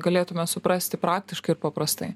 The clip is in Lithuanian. galėtume suprasti praktiškai ir paprastai